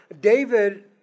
David